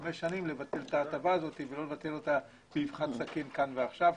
חמש שנים לבטל את ההטבה הזאת ולא באבחת סכין כאן ועכשיו,